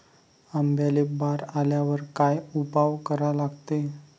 आंब्याले बार आल्यावर काय उपाव करा लागते?